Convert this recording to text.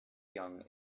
young